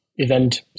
event